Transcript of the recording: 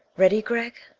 ready, gregg.